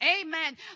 Amen